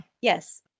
yes